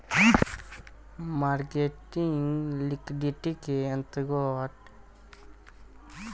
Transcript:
marketing liquidity के अंतर्गत explicit liquidity reserve तैयार कईल जाता